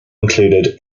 included